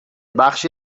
بخشی